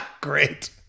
Great